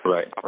Right